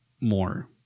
more